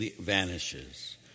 vanishes